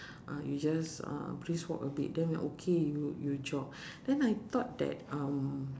uh you just uh brisk walk a bit then you okay you you jog then I thought that um